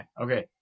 Okay